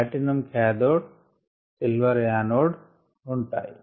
platinum cathode silver anode ఉంటాయి